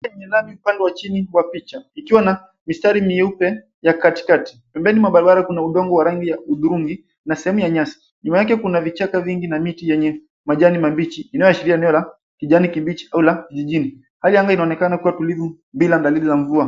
Lenye lami upande wa chini wa picha. Ikiwa na mistari meupe ya katikati. Pembeni mwa barabara kuna udongo wa rangi ya hudhurungi na sehemu ya nyasi. Nyuma yake kuna vichaka vingi na miti yenye majani mambichi inayoashiria neno la kijani kibichi au la kijijini. Hali ya anga inaonekana kuwa tulivu bila dalili za mvua.